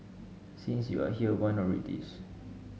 since you are here why not read this